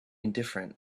indifferent